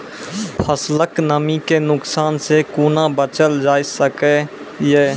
फसलक नमी के नुकसान सॅ कुना बचैल जाय सकै ये?